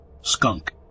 skunk